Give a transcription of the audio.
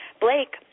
Blake